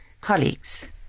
colleagues